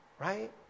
Right